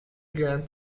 grand